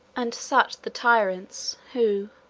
and such the tyrants, who,